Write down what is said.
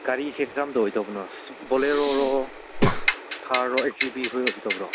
ꯒꯥꯔꯤꯁꯦ ꯀꯔꯝꯕꯗ ꯑꯣꯏꯗꯧꯕꯅꯣ ꯕꯣꯂꯦꯔꯣꯔꯣ ꯊꯥꯔꯔꯣ ꯑꯦꯛꯁ ꯌꯨ ꯚꯤ ꯈꯣꯏ ꯑꯣꯏꯕꯤꯒꯗꯕꯔꯣ